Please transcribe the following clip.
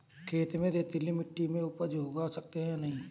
खेत में रेतीली मिटी में उपज उगा सकते हैं या नहीं?